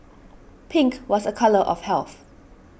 pink was a colour of health